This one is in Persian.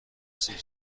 سیب